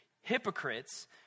hypocrites